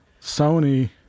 Sony